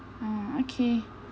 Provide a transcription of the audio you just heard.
mm okay